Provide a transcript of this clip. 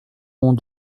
mont